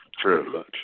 true